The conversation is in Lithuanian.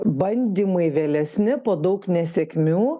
bandymai vėlesni po daug nesėkmių